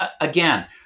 again